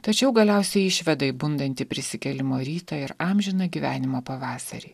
tačiau galiausiai išveda į bundantį prisikėlimo rytą ir amžiną gyvenimo pavasarį